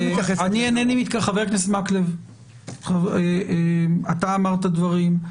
אתה אמרת דברים,